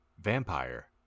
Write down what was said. Vampire